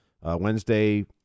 Wednesday